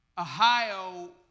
Ohio